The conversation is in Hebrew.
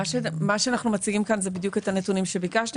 מה שאנחנו מציגים כאן זה בדיוק את הנתונים שביקשתם.